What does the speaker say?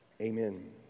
Amen